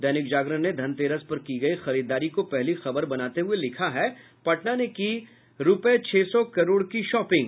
दैनिक जागरण ने धनतेरस पर की गयी खरीददारी को पहली खबर बनाते हुए लिखा है पटना ने की रूपये छह सौ करोड़ की शॉपिंग